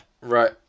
Right